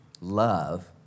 love